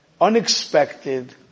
unexpected